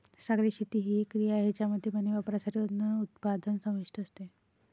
सागरी शेती ही एक क्रिया आहे ज्यामध्ये मानवी वापरासाठी अन्न उत्पादन समाविष्ट असते